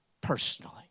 personally